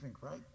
right